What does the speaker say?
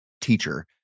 teacher